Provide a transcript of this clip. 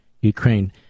Ukraine